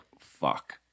fuck